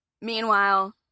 Meanwhile